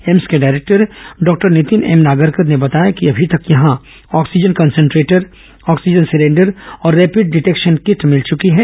AIIMS के director doctor Nitin M Nagarkar ने बताया कि अभी तक यहां आक्सीजन कंसंट्रेटर ऑक्सीजन सिलेंडर और रेपिड डिटेक्शन किट मिल चुकी है